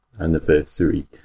anniversary